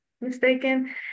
mistaken